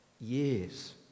years